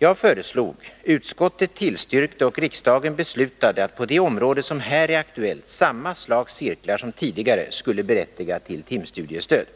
Jag föreslog, utskottet tillstyrkte och riksdagen beslutade att på det område som här är aktuellt samma slags cirklar som tidigare skulle berättiga till timstudiestöd.